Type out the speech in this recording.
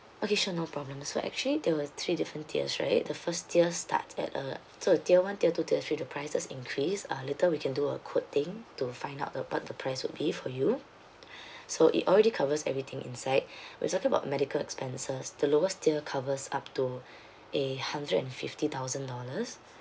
okay sure no problem so actually there were three different tiers right the first tier starts at uh so tier one tier two tier three the prices increase uh later we can do a quote thing to find out what the price would be for you so it already covers everything inside we talking about medical expenses the lowers tier covers up to a hundred and fifty thousand dollars